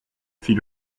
fit